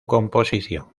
composición